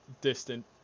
distant